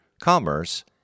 commerce